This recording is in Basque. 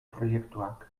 proiektuak